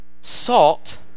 salt